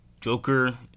Joker